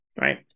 right